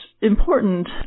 important